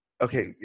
okay